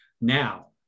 now